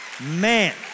Man